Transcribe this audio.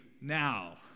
now